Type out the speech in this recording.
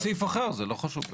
אפשר בסעיף אחר, זה לא חשוב.